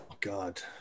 God